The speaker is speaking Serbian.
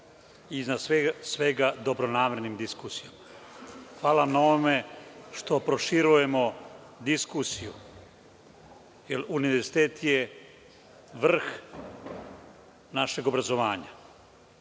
i, iznad svega, dobronamernim diskusijama. Hvala vam na ovome što proširujemo diskusiju, jer univerzitet je vrh našeg obrazovanja.